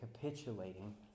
capitulating